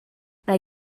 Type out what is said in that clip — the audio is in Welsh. mae